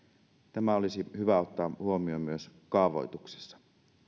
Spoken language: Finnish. tämä olisi hyvä ottaa huomioon myös kaavoituksessa